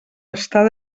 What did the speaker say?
estar